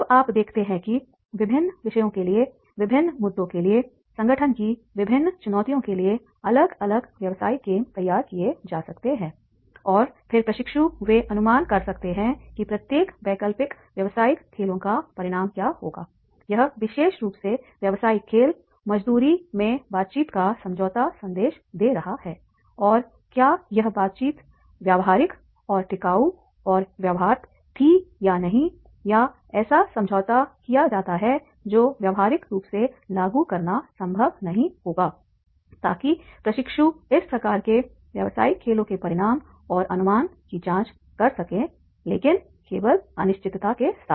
अब आप देखते हैं कि विभिन्न विषयों के लिए विभिन्न मुद्दों के लिए संगठन की विभिन्न चुनौतियों के लिए अलग अलग व्यावसायिक गेम तैयार किए जा सकते हैं और फिर प्रशिक्षु वे अनुमान कर सकते हैं कि प्रत्येक वैकल्पिक व्यावसायिक खेलों का परिणाम क्या होगा यह विशेष रूप से व्यवसायिक खेल मज़दूरी में बातचीत का समझौता संदेश दे रहा है और क्या यह बातचीत व्यावहारिक और टिकाऊ और व्यवहार्य थी या नहीं या ऐसा समझौता किया जाता है जो व्यावहारिक रूप से लागू करना संभव नहीं होगा ताकि प्रशिक्षु इस प्रकार के व्यावसायिक खेलों के परिणाम और अनुमान की जांच कर सकेंलेकिन केवल अनिश्चितता के साथ